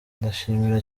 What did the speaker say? ndashima